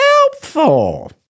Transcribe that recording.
helpful